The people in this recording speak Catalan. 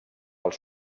als